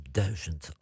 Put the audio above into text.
duizend